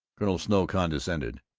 colonel snow condescended,